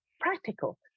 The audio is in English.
practical